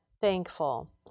thankful